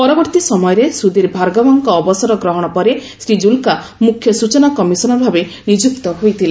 ପରବର୍ତ୍ତୀ ସମୟରେ ସୁଧୀର ଭାର୍ଗଭାଙ୍କ ଅବସର ଗ୍ରହଣ ପରେ ଶ୍ରୀ ଜୁଲକା ମୁଖ୍ୟ ସ୍ଟଚନା କମିଶନର ଭାବେ ନିଯୁକ୍ତ ହୋଇଥିଲେ